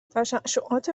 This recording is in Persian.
تششعات